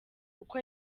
uko